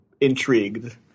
intrigued